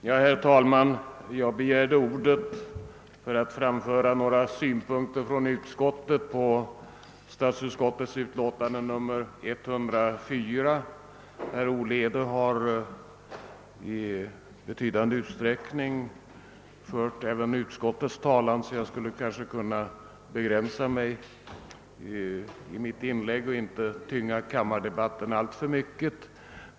Herr talman! Jag begärde ordet för att på statsutskottets vägnar anföra några synpunkter på utskottets utlåtande 104, men herr Olhede har i betydande utsträckning fört även utskottets talan, och jag skulle därför kunna begränsa mitt inlägg och inte tynga kammardebatten alltför mycket.